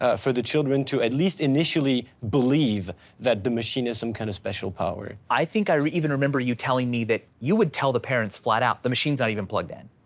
ah for the children to at least initially believe that the machine has some kind of special power. i think i even remember you telling me that you would tell the parents flat out the machines not even plugged in.